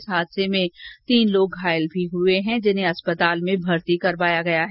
इस हादसे में तीन लोग घायल भी हुए हैं जिन्हें अस्पताल में भर्ती करवाया गया है